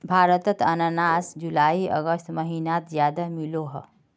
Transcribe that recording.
भारतोत अनानास जुलाई अगस्त महिनात ज्यादा मिलोह